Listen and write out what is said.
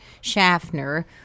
Schaffner